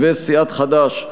סיעת חד"ש,